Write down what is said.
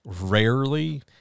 rarely